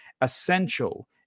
essential